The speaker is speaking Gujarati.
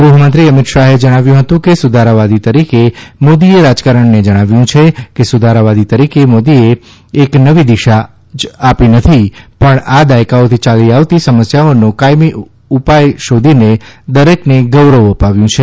ગૃહમંત્રી અમિત શાહે જણાવ્યું હતું કે સુધારાવાદી તરીકે મોદીએ રાજકારણને જણાવ્યું હતું કે સુધારાવાદી તરીકે મોદીએ રાજકારણને એક નવી દિશા જ નથી આપી પણ દાયકાઓથી યાલી આવતી સમસ્યાઓનો કાયમી ઉપાય શોધીને દરેકને ગૌરવ અપાવ્યું છે